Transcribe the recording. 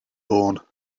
born